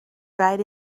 ride